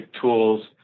tools